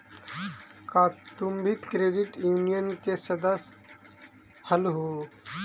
का तुम भी क्रेडिट यूनियन के सदस्य हलहुं?